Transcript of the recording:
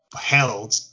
held